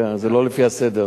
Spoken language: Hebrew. זה לא לפי הסדר.